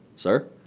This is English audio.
Sir